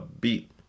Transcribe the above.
beat